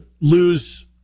lose